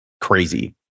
crazy